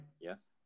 Yes